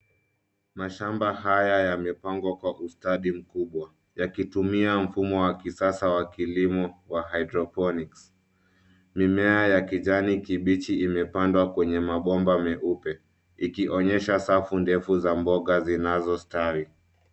Mashamba haya yamepangwa kwa ustadi mkubwa yakitumia mfumo wa kisasa wa kilimo wa hydroponics . Mimea ya kijani kibichi imepandwa kwenye mabomba meupe ikionyesha safu ndefu za mboga zinazostawi.